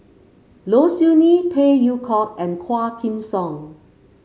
Low Siew Nghee Phey Yew Kok and Quah Kim Song